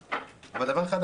עצמי.